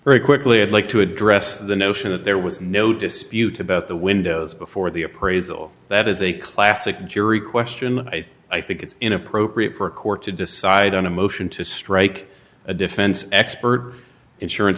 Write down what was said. very quickly i'd like to address the notion that there was no dispute about the windows before the appraisal that is a classic jury question i think it's inappropriate for a court to decide on a motion to strike a defense expert or insurance